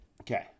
Okay